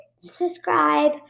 subscribe